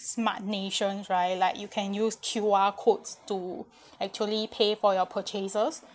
smart nations right like you can use Q_R codes to actually pay for your purchases